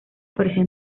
presión